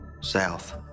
south